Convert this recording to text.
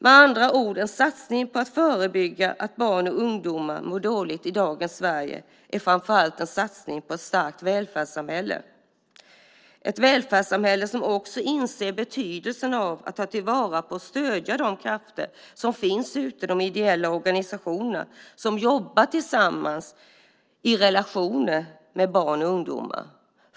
Med andra ord är en satsning på att förebygga att barn och ungdomar mår dåligt i dagens Sverige framför allt en satsning på ett starkt välfärdssamhälle - ett välfärdssamhälle som också inser betydelsen av att ta vara på och stödja de krafter som finns i de ideella organisationerna där man jobbar tillsammans med barn och ungdomar.